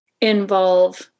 involve